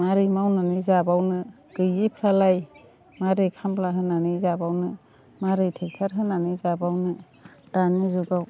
मारै मावनानै जाबावनो गोयिफ्रालाय मारै खामला होनानै जाबावनो मारै ट्रेक्टर होनानै जाबावनो दानि जुगाव